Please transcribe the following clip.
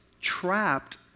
trapped